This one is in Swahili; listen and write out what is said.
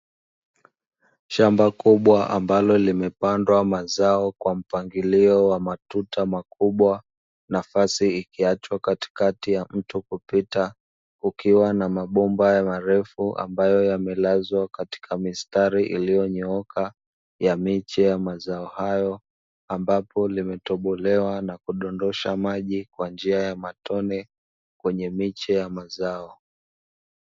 Shamba kubwa ambalo limepangwa mazao kwa mpangilio wa matuta makubwa, nafasi ikiachwa katikati ya mtu kupita, kukiwa na mabomba marefu, ambayo yamelazwa katika mistari iliyonyooka ya miche ya mazao, hayo ambapo limetobolewa na kudondosha maji kwa njia ya matone kwenye miche ya mazao.